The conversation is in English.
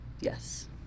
yes